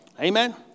Amen